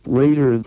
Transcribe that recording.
later